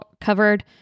covered